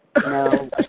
No